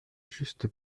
juste